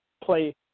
play